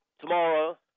tomorrow